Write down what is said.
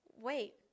wait